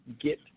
get